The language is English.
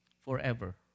forever